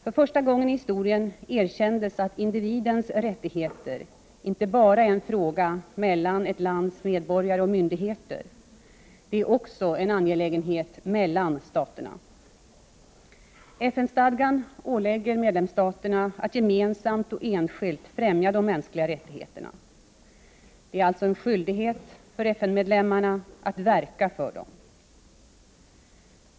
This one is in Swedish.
För första gången i historien erkändes att individens rättigheter inte bara är en fråga mellan ett lands medborgare och myndigheter. Det är också en angelägenhet mellan staterna. FN-stadgan ålägger medlemsstaterna att gemensamt och enskilt främja de mänskliga rättigheterna. Det är alltså en skyldighet för FN-medlemmarna att verka för dem.